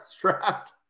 draft